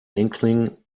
inkling